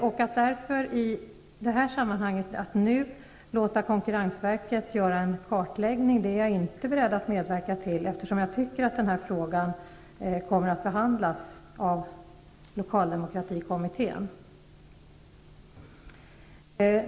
Jag är därför inte beredd att nu medverka till att konkurrensverket nu skall göra en kartläggning, eftersom frågan kommer att behandlas av lokaldemokratikommittén.